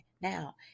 Now